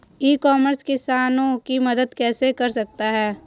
ई commerce किसानों की मदद कैसे कर सकता है?